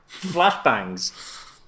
flashbangs